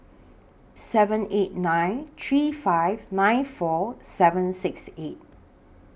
seven eight nine three five nine four seven six eight